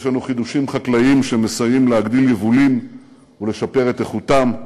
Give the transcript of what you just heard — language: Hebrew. יש לנו חידושים חקלאיים שמסייעים להגדיל יבולים ולשפר את איכותם,